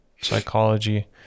psychology